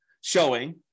showing